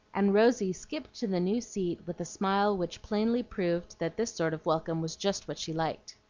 and rosy skipped to the new seat with a smile which plainly proved that this sort of welcome was just what she liked.